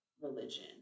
religion